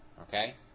Okay